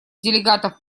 делегатов